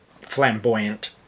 flamboyant